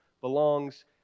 belongs